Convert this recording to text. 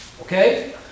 Okay